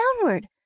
downward